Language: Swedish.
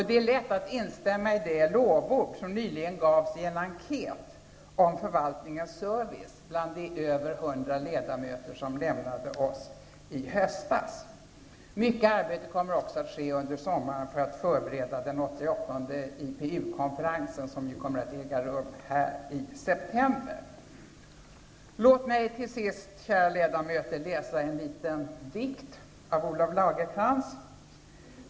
Det är lätt att instämma i de lovord som nyligen gavs i en enkät om förvaltningens service bland de över hundra ledamöter som lämnade oss i höstas. Mycket arbete kommer också att ske under sommaren för att förbereda den 88:e IPU-konferensen, som kommer att äga rum här i september. Låt mig till sist, kära ledamöter, läsa en liten dikt av Olof Lagercrantz.